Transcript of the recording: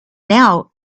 now